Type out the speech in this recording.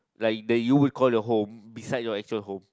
like the you would call it a home beside your actual home